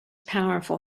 powerful